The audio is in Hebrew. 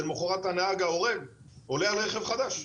למחרת הנהג ההורג עולה על רכב חדש.